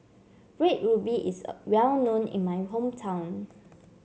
Red Ruby is a well known in my hometown